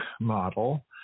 model